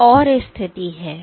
एक और स्थिति है